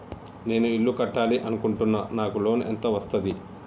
నేను ఇల్లు కట్టాలి అనుకుంటున్నా? నాకు లోన్ ఎంత వస్తది?